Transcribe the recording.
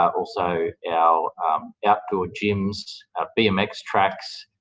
also our outdoor gyms, bmx tracks,